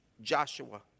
Joshua